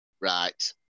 Right